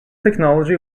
technology